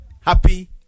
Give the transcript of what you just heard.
happy